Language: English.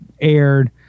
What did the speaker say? aired